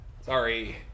Sorry